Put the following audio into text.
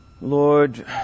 Lord